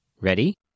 Ready